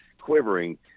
quivering